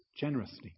generously